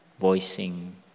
voicing